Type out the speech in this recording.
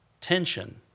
tension